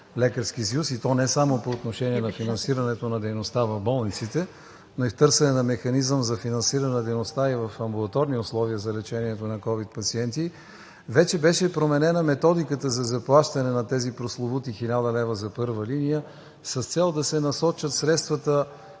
лекарски съюз, и то не само по отношение на финансирането на дейността в болниците, но и в търсене на механизъм за финансиране на дейността и в амбулаторни условия за лечението на ковид пациенти. Вече беше променена методиката за заплащане на тези прословути 1000 лв. за първа линия с цел да се насочат средствата